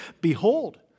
behold